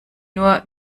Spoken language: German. nur